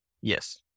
yes